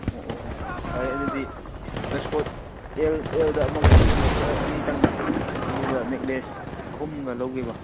ꯑꯣ ꯑꯣ ꯑꯣ ꯐꯔꯦ ꯑꯗꯨꯗꯤ ꯋꯦꯁꯀꯣꯠ ꯑꯦꯜꯗ ꯑꯃꯒ ꯑꯗꯨꯒ ꯃꯣꯐꯂꯔ ꯑꯅꯤꯇꯪꯒ ꯑꯗꯨꯒ ꯅꯦꯛꯂꯦꯁ ꯑꯍꯨꯝꯒ ꯂꯧꯒꯦꯕ